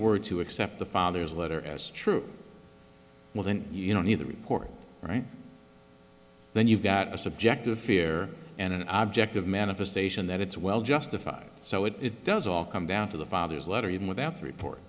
were to accept the founders later as true well then you don't need the report right then you've got a subjective fear and an object of manifestation that it's well justified so it does all come down to the father's letter even without the report